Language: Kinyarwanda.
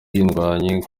indwanyi